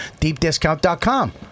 deepdiscount.com